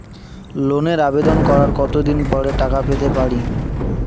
লোনের আবেদন করার কত দিন পরে টাকা পেতে পারি?